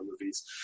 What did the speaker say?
movies